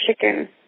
chicken